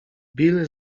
bill